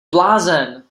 blázen